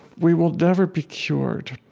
we will never be cured.